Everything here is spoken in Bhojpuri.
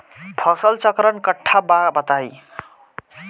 फसल चक्रण कट्ठा बा बताई?